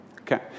Okay